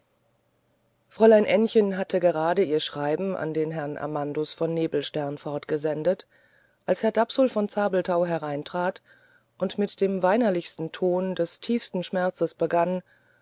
fräulein ännchen hatte gerade ihr schreiben an den herrn amandus von nebelstern fortgesendet als herr dapsul von zabelthau hereintrat und mit dem weinerlichsten ton des tiefsten schmerzes begann